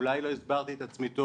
אולי לא הסברתי את עצמי טוב